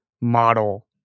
model